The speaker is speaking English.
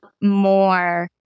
more